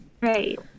right